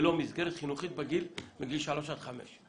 ללא מסגרת חינוכית בגיל שלוש עד חמש.